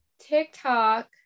TikTok